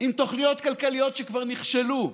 עם תוכניות כלכליות שכבר נכשלו?